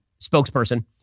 spokesperson